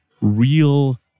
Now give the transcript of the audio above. real